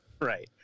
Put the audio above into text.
right